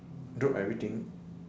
drop everything